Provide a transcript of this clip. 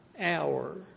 hour